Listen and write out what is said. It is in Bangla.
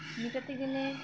মেটাতে গেলে